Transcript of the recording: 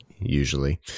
usually